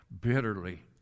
bitterly